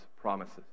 promises